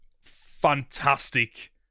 fantastic